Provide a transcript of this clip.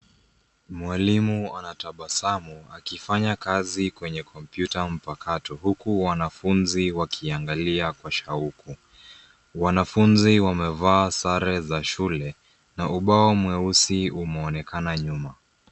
Mwalimu anatabasamu akifanya kazi kwenye kompyuta mpakato, huku wanafunzi wakiangalia kwa shauku. Wanafunzi wamevaa sare za shule, na ubao mweusi umeonekana nyuma.